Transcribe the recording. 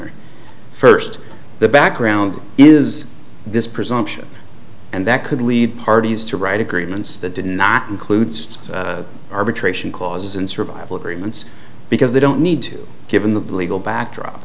or first the background is this presumption and that could lead parties to write agreements that did not includes arbitration clauses in survival agreements because they don't need to given the legal backdrop